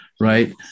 Right